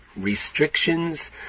restrictions